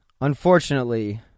Unfortunately